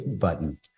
button